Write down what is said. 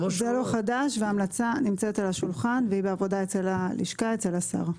זה לא חדש וההמלצה נמצאת על השולחן והיא בעבודה אצל הלשכה אצל השר.